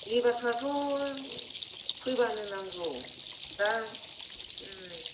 लेबार फोराथ' फैबानो नांगौ दा